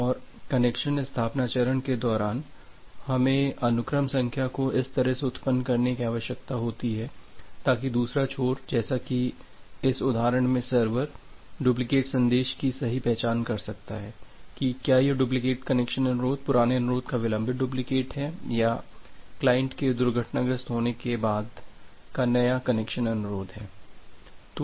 और कनेक्शन स्थापना चरण के दौरान हमें अनुक्रम संख्या को इस तरह से उत्पन्न करने की आवश्यकता होती है ताकि दूसरा छोर जैसा की इस उदहारण में सर्वर डुप्लिकेट संदेश की सही पहचान कर सकता है की क्या यह डुप्लीकेट कनेक्शन अनुरोध पुराने अनुरोध का विलंबित डुप्लीकेट है या क्लाइंट के दुर्घटनाग्रस्त होने के बाद का नया कनेक्शन अनुरोध है